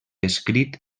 escrit